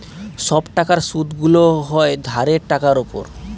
সব টাকার সুদগুলো হয় ধারের টাকার উপর